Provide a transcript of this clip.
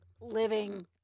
Living